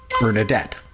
Bernadette